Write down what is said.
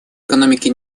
экономики